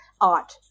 art